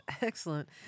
Excellent